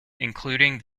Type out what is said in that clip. including